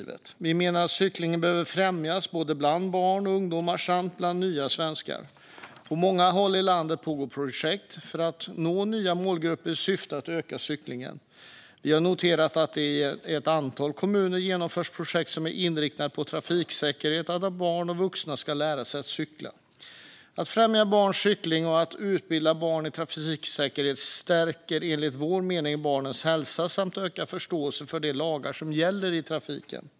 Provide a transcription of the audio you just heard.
Vi menar att cyklingen behöver främjas bland barn och ungdomar samt bland nya svenskar. På många håll i landet pågår projekt för att nå nya målgrupper i syfte att öka cyklingen. Vi har noterat att det i ett antal kommuner genomförs projekt som är inriktade på trafiksäkerhet och på att barn och vuxna ska lära sig att cykla. Att främja barns cykling och att utbilda barn i trafiksäkerhet stärker enligt vår mening barns hälsa samt ökar förståelsen för de lagar som gäller i trafiken.